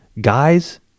guys